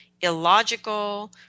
illogical